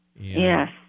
Yes